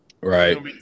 Right